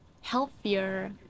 healthier